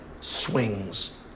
swings